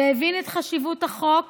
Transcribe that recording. הבין את חשיבות החוק